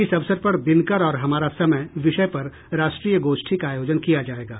इस अवसर पर दिनकर और हमारा समय विषय पर राष्ट्रीय गोष्ठी का आयोजन किया जाएगां